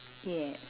ya